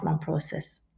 process